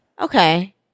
okay